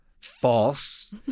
False